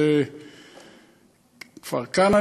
זה כפר-כנא,